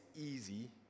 easy